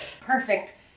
perfect